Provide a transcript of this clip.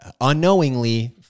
unknowingly